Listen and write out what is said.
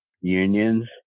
unions